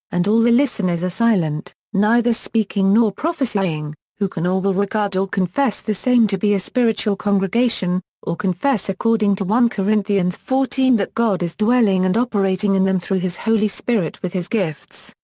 and all the listeners are silent, neither speaking nor prophesying, who can or will regard or confess the same to be a spiritual congregation, or confess according to one corinthians fourteen that god is dwelling and operating in them through his holy spirit with his gifts,